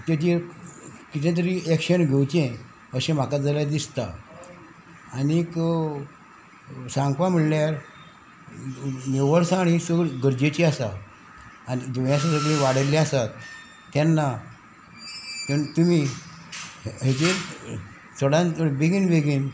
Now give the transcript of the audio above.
तेजेर कितें तरी एक्शन घेवचें अशें म्हाका जाल्यार दिसता आनीक सांगपा म्हणल्यार निवळसाण ही सगळी गरजेची आसा आनी दुयेंसां सगळीं वाडिल्लीं आसा तेन्ना तुमी हेजेर चडान चड बेगीन बेगीन